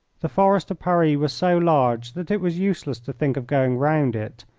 the forest of paris was so large that it was useless to think of going round it,